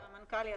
תפוסה.